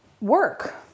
work